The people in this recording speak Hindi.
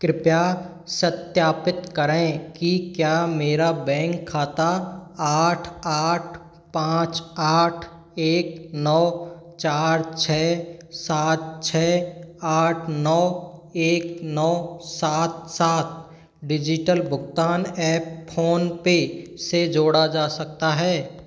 कृपया सत्यापित करें कि क्या मेरा बैंक खाता आठ आठ पाँच आठ एक नौ चार छः सात छः आठ नौ एक नौ सात सात डिजिटल भुगताम ऐप फोनपे से जोड़ा जा सकता है